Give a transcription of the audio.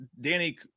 Danny